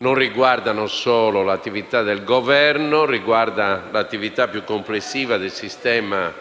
non riguardano solo l'attività del Governo, ma riguardano l'attività più complessiva del sistema